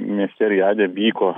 mieste rijade vyko